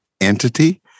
entity